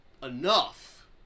enough